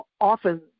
often